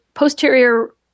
posterior